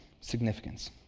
significance